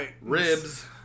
ribs